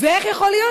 ואיך יכול להיות,